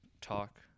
talk